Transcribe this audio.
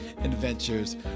adventures